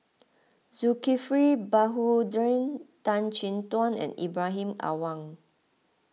Zulkifli Baharudin Tan Chin Tuan and Ibrahim Awang